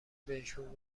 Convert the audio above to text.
بهشون